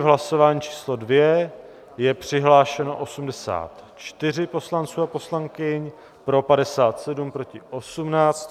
Hlasování číslo 2, je přihlášeno 84 poslanců a poslankyň, pro 57, proti 18.